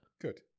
Good